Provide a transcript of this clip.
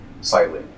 slightly